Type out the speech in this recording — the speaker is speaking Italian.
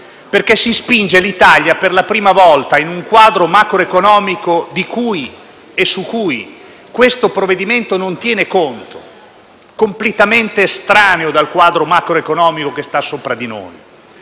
Si spinge l'Italia, per la prima volta, in un quadro macroeconomico di cui questo provvedimento non tiene conto, completamente estraneo dal quadro macroeconomico che sta sopra di noi.